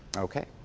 okay.